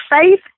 faith